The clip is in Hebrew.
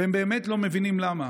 והם באמת לא מבינים למה.